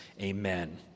amen